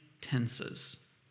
tenses